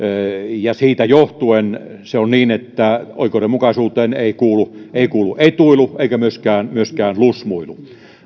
siitä johtuen se on niin että oikeudenmukaisuuteen ei kuulu ei kuulu etuilu eikä myöskään myöskään lusmuilu